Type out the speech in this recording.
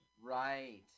Right